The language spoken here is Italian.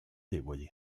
deboli